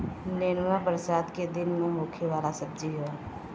नेनुआ बरसात के दिन में होखे वाला सब्जी हअ